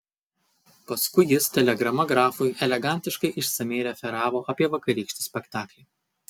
paskui jis telegrama grafui elegantiškai išsamiai referavo apie vakarykštį spektaklį